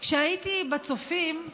כשהייתי בצופים,